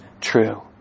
true